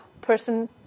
person